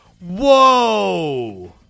Whoa